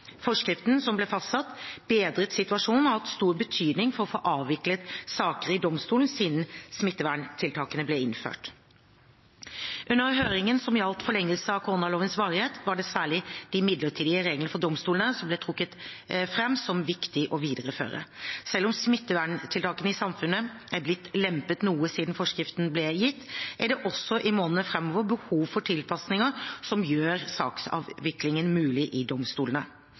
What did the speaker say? Forskriften som ble fastsatt, bedret situasjonen og har hatt stor betydning for å få avviklet saker i domstolen siden smitteverntiltakene ble innført. Under høringen som gjaldt forlengelse av koronalovens varighet, var det særlig de midlertidige reglene for domstolene som ble trukket fram som viktig å videreføre. Selv om smitteverntiltakene i samfunnet er blitt lempet noe siden forskriftene ble gitt, er det også i månedene framover behov for tilpasninger som gjør saksavviklingen mulig i domstolene. Ved å videreføre de tiltakene som virker, settes domstolene